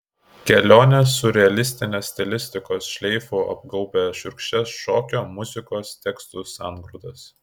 kelionė siurrealistinės stilistikos šleifu apgaubia šiurkščias šokio muzikos tekstų sangrūdas